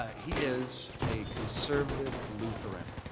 he is a conservative lutheran